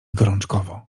gorączkowo